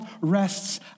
rests